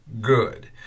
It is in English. good